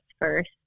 first